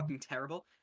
terrible